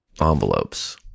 Envelopes